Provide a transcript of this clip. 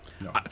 no